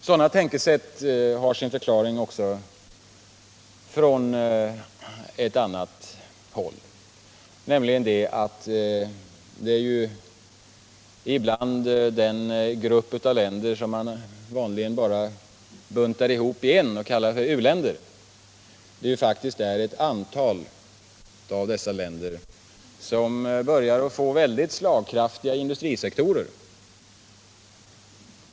Sådana tänkesätt har också sin förklaring från ett annat håll, nämligen att det bland den grupp av länder som man vanligen buntar ihop och kallar för u-länder, faktiskt finns ett antal länder som börjar få mycket slagkraftiga industrisektorer.